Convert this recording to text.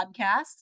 podcast